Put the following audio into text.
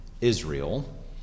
Israel